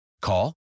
Call